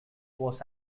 was